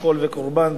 שכול וקורבן,